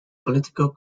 political